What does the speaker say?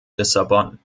lissabon